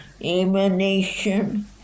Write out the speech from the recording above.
emanation